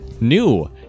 New